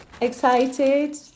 excited